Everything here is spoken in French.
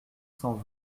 cent